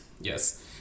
yes